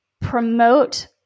promote